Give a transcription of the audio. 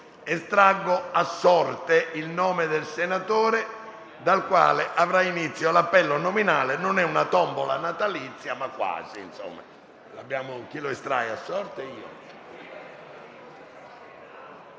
Estraggo ora a sorte il nome del senatore dal quale avrà inizio l'appello nominale. Non è una tombola natalizia, ma quasi. *(È estratto a sorte il